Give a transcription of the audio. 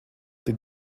tik